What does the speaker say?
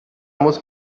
muss